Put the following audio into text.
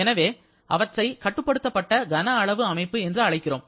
எனவே அவற்றை கட்டுப்படுத்தப்பட்ட கன அளவு அமைப்பு என்று அழைக்கிறோம்